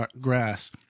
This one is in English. grass